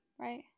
right